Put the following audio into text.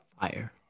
fire